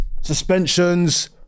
suspensions